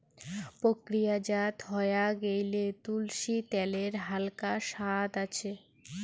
প্রক্রিয়াজাত হয়া গেইলে, তুলসী ত্যালের হালকা সাদ আছে